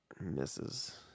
Misses